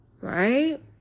Right